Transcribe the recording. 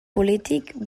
polític